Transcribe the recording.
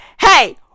hey